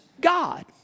God